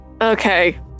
okay